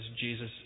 Jesus